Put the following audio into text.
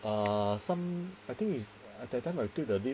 err some I think is that time I took the lift